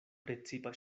precipa